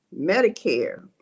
Medicare